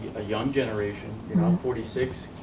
a young generation, you know i'm forty six,